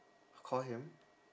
call him